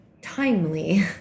timely